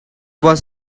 was